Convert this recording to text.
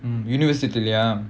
um university leh